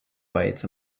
bites